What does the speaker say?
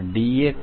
dxdy|n